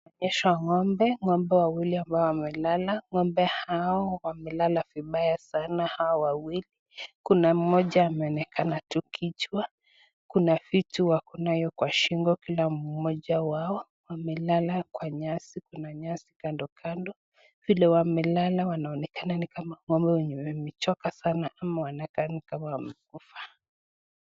Tumeonyeshwa ng'ombe, ng'ombe wawili ambao wamelala, ng'ombe hao wamelala vibaya sana hao wawili, kuna mmoja ameonekana tu kichwa, kuna vitu wako nayo kwa shingo kila mmoja wao. Wamelala kwa nyasi, kuna nyasi kando kando, vile wamelala wanaonekana kama wenye wamechoka sana ama wanakaa wamekufa.